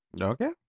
Okay